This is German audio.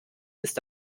ist